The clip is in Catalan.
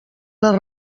les